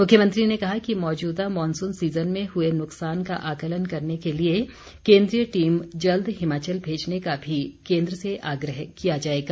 मुख्यमंत्री ने कहा कि मौजूदा मॉनसून सीज़न में हुए नुक्सान का आकलन करने के लिए केन्द्रीय टीम जल्द हिमाचल भेजने का भी केन्द्र से आग्रह किया जाएगा